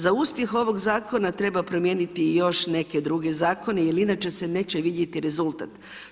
Za uspjeh ovog zakona treba promijeniti neke druge zakone jel inače se neće vidjeti rezultat.